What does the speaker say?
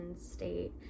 state